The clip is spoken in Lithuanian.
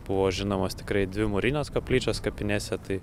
buvo žinomos tikrai dvi mūrinės koplyčios kapinėse tai